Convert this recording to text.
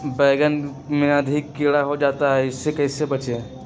बैंगन में अधिक कीड़ा हो जाता हैं इससे कैसे बचे?